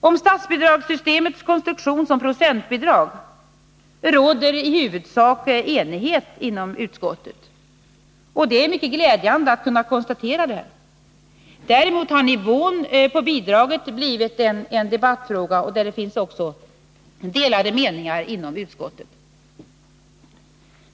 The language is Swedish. Om statsbidragssystemets konstruktion som procentbidrag råder i huvudsak enighet inom utskottet. Det är mycket glädjande att kunna konstatera detta. Däremot har nivån på bidraget blivit en debattfråga, där det också finns delade meningar inom utskottet.